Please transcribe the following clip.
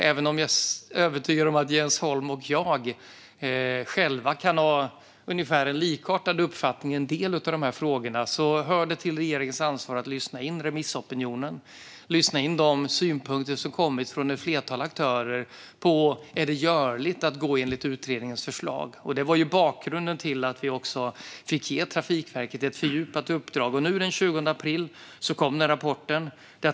Även om jag är övertygad om att Jens Holm och jag själva kan ha en ungefär likartad uppfattning i en del av de här frågorna hör det till regeringens ansvar att lyssna in remissopinionen och de synpunkter som kommit från ett flertal aktörer när det gäller om det är görligt att gå enligt utredningens förslag. Det var bakgrunden till att vi också fick ge Trafikverket ett fördjupat uppdrag. Nu kom den rapporten den 20 april.